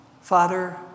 Father